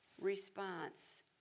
response